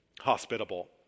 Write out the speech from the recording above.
hospitable